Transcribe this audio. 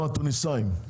גם התוניסאים.